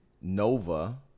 Nova